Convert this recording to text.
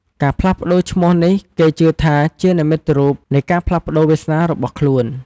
ការផ្លាស់ប្ដូរឈ្មោះនេះគេជឿថាជានិមិត្តរូបនៃការផ្លាស់ប្ដូរវាសនារបស់ខ្លួន។